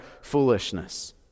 foolishness